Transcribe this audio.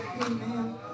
Amen